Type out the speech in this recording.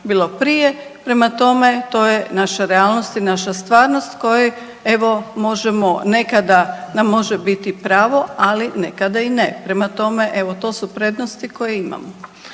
bilo prije, prema tome to je naša realnost i naša stvarnost koje evo možemo nekada nam može biti pravo, ali nekada i ne. Prema tome evo to su prednosti koje imamo.